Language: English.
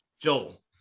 Joel